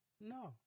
No